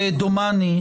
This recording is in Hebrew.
דומני,